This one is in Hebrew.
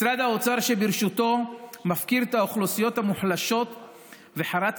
משרד האוצר שבראשותו מפקיר את האוכלוסיות המוחלשות וחרץ